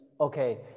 okay